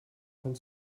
von